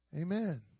amen